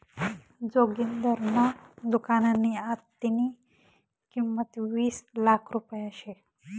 जोगिंदरना दुकाननी आत्तेनी किंमत वीस लाख रुपया शे